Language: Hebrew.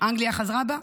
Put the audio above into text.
אנגליה חזרה בה.